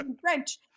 French